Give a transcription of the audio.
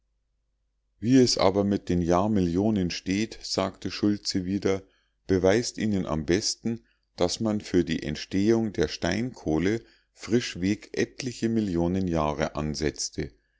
wie es aber mit den jahrmillionen steht sagte schultze wieder beweist ihnen am besten daß man für die entstehung der steinkohle frischweg etliche millionen jahre ansetzte